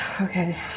Okay